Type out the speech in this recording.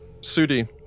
Sudi